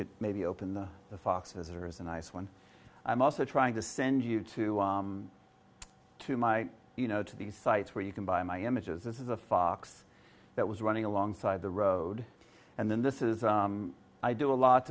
could maybe open the foxes or is a nice one i'm also trying to send you to to my you know to these sites where you can buy my images this is a fox that was running alongside the road and then this is i do a lot